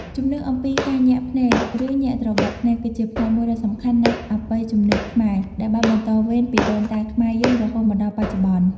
ជំនឿអំពីការញាក់ភ្នែក ឬញាក់ត្របកភ្នែក គឺជាផ្នែកមួយដ៏សំខាន់នៃអបិយជំនឿខ្មែរ ដែលបានបន្តវេនពីដូនតាខ្មែរយើងរហូតមកដល់បច្ចុប្បន្ន។